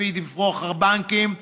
לפי דיווח הבנקים,